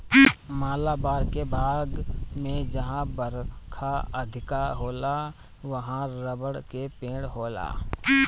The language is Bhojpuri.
मालाबार के भाग में जहां बरखा अधिका होला उहाँ रबड़ के पेड़ होला